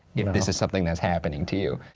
if this is something that's happening to you.